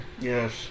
Yes